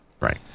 Right